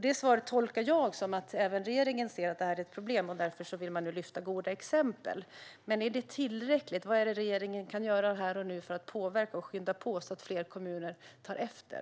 Det svaret tolkar jag som att även regeringen ser att det är ett problem och att man därför nu vill lyfta fram goda exempel. Men är det tillräckligt? Vad kan regeringen göra här och nu för att påverka och skynda på så att fler kommuner tar efter?